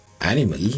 Animal